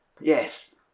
Yes